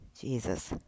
Jesus